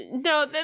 No